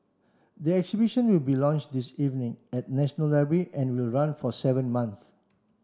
the exhibition will be launched this evening at the National Library and will run for seven months